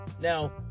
Now